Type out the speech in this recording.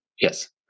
yes